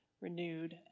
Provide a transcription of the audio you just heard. renewed